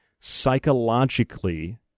psychologically